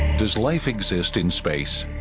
does life exist in space